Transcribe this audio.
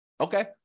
Okay